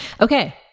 Okay